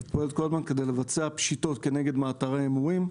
היא פועלת כל הזמן כדי לבצע פשיטות כנגד מאתרי ההימורים,